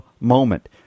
moment